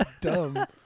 dumb